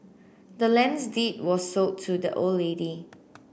the land's deed was sold to the old lady